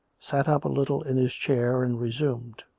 sat up a little in his chair, and resumed